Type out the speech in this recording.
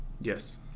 Yes